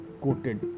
coated